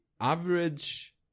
average